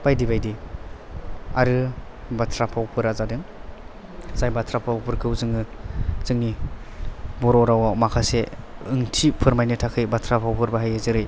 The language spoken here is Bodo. बायदि बायदि आरो बाथ्रा भावफोरा जादों जाय बाथ्रा भावफोरखौ जोङो जोंनि बर' रावाव माखासे ओंथि फोरमायनो थाखाय बाथ्रा भावफोर बाहायो जेरै